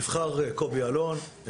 קובי אלון נבחר,